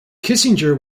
kissinger